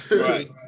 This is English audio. Right